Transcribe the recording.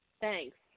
Thanks